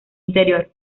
interior